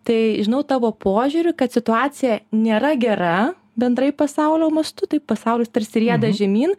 tai žinau tavo požiūriu kad situacija nėra gera bendrai pasaulio mastu tai pasaulis tarsi rieda žemyn